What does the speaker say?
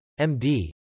MD